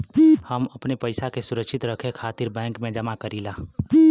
हम अपने पइसा के सुरक्षित रखे खातिर बैंक में जमा करीला